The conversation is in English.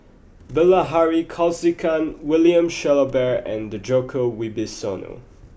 Bilahari Kausikan William Shellabear and Djoko Wibisono